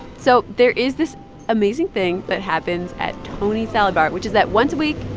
so there is this amazing thing that happens at tony's salad bar, which is that once a week,